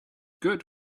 good